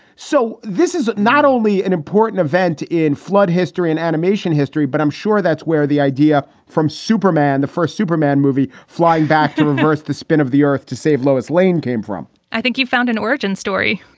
so this is not only an important event in flood history and animation history, but i'm sure that's where the idea from superman, the first superman movie flying back to reverse the spin of the earth to save lois lane came from i think you found an origin story